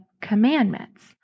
commandments